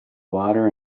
water